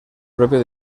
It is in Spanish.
propio